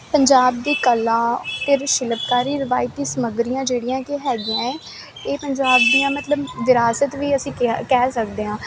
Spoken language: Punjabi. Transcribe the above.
ਪੰਜਾਬ ਦੀ ਕਲਾ ਤੇ ਸ਼ਿਲਪਕਾਰੀ ਰਵਾਇਤੀ ਸਮਗਰੀਆਂ ਜਿਹੜੀਆਂ ਕਿ ਹੈਗੀਆਂ ਇਹ ਪੰਜਾਬ ਦੀਆਂ ਮਤਲਬ ਵਿਰਾਸਤ ਵੀ ਅਸੀਂ ਕਹਿ ਸਕਦੇ ਆਂ